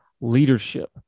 Leadership